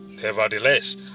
Nevertheless